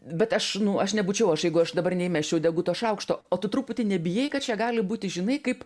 bet aš nu aš nebūčiau aš jeigu aš dabar neįmesčiau deguto šaukšto o tu truputį nebijai kad čia gali būti žinai kaip